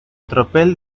tropel